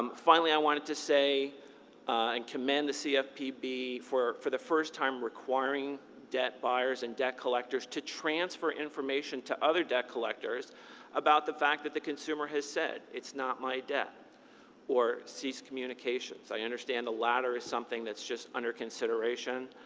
um finally, i wanted to say and commend the cfpb for, for the first time, requiring debt buyers and debt collectors to transfer information to other debt collectors about the fact that the consumer has said it's not my debt or cease communications. i understand the latter is something that's just under consideration.